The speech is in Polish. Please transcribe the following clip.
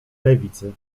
lewicy